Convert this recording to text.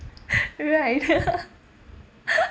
right